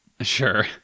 Sure